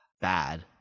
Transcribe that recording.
bad